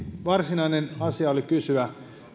varsinainen asia oli kysyä